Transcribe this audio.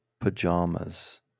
pajamas